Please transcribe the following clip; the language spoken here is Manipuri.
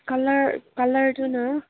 ꯀꯂꯔ ꯀꯂꯔꯗꯨꯅ